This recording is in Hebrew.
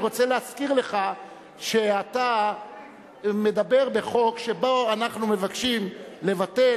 אני רוצה להזכיר לך שאתה מדבר בחוק שבו אנחנו מבקשים לבטל